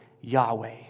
Yahweh